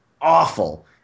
awful